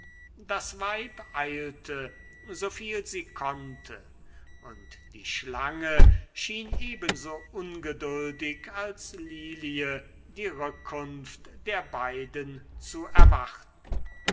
das weib eilte soviel sie konnte und die schlange schien ebenso ungeduldig als lilie die rückkunft der beiden zu erwarten